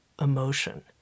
emotion